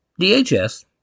DHS